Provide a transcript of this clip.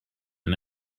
and